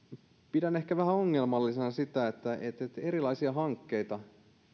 pidän ehkä vähän ongelmallisena sitä että erilaisia hankkeita